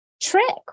trick